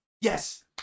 yes